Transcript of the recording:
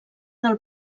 del